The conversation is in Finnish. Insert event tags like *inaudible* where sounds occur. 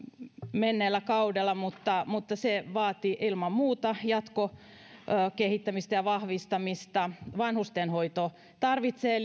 menneellä kaudella mutta mutta ne vaativat ilman muuta jatkokehittämistä ja vahvistamista vanhustenhoito tarvitsee *unintelligible*